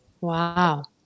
Wow